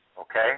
okay